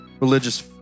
religious